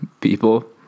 people